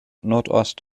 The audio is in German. nordost